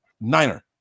Niner